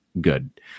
good